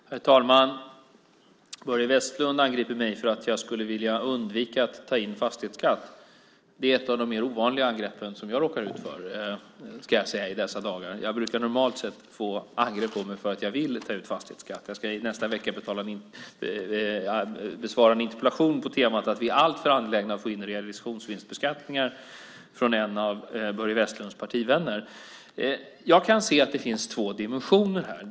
Herr talman! Börje Vestlund angriper mig för att jag skulle vilja undvika att ta in fastighetsskatt. Det är ett av de mer ovanliga angrepp som jag råkar ut för i dessa dagar. Jag brukar normalt sett bli angripen för att jag vill ta ut fastighetsskatt. Jag ska i nästa vecka besvara en interpellation från en av Börje Vestlunds partivänner på temat att vi är alltför angelägna att få in realisationsvinstbeskattningar. Jag kan se att det finns två dimensioner här.